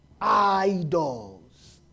idols